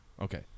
Okay